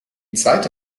zweite